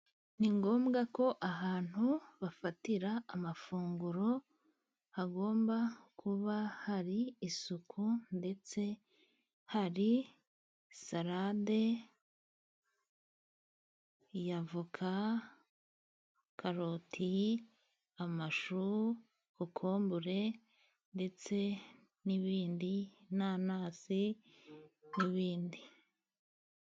Ni ngombwa ko ahantu bafatira amafunguro hagomba kuba hari isuku, ndetse hari sarade, ya avoka, karoti, amashu, kokombure, ndetse n'ibindi, inanasi n'ibindi.